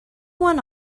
one